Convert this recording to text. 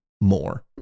more